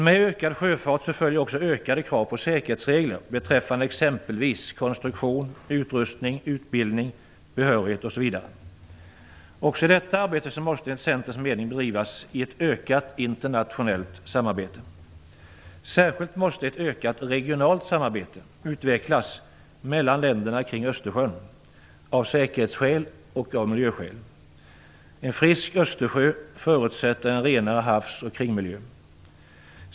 Med ökad sjöfart följer också ökade krav på säkerhetsregler beträffande t.ex. konstruktion, utrustning, utbildning, behörighet osv. Även detta arbete måste enligt Centerns mening bedrivas i ett ökat internationellt samarbete. Särskilt måste ett ökat regionalt samarbete utvecklas mellan länderna kring Östersjön av säkerhetsskäl och av miljöskäl. En frisk Östersjö förutsätter en renare havs och kringmiljö.